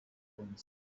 coins